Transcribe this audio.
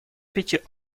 пяти